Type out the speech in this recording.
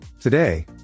Today